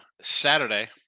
Saturday